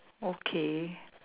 okay